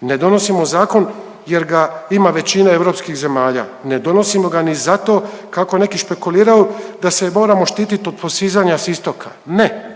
Ne donosimo zakon jer ga ima većina europskih zemalja, ne donosimo ga ni zato kako neki špekuliraju da se moramo štitit od posizanja s istoka, ne.